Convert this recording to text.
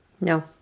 no